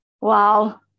Wow